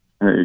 Hey